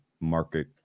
market